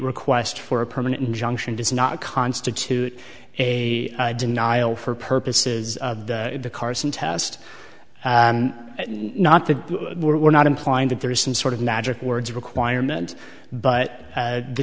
request for a permanent injunction does not constitute a denial for purposes of the carson test not that we're not implying that there is some sort of magic words requirement but